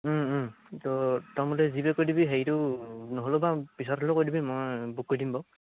তই তাৰ মতে জি পে দিবি হেৰিটো নহ'লেও বা পিছত হ'লেও কৰি দিবি মই বুক কৰি দিম বাৰু